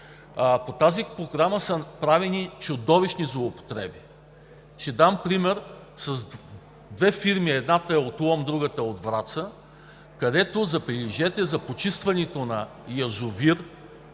По тази програма са правени чудовищни злоупотреби. Ще дам пример с две фирми – едната е от Лом, другата е от Враца, където, забележете – те са били три язовира,